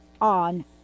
on